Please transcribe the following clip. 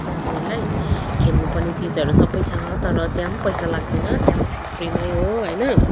नानीहरूलाई खेल्नुपर्ने चिजहरू सबै छ तर त्यहाँ पनि पैसा लाग्दैन त्यहाँ पनि फ्रीमै हो होइन